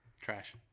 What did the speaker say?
Trash